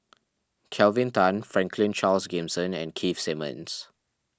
Kelvin Tan Franklin Charles Gimson and Keith Simmons